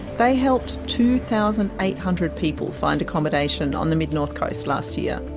they helped two thousand eight hundred people find accommodation on the mid north coast last year.